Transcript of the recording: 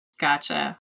Gotcha